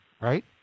right